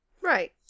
Right